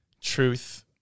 truth